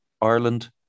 Ireland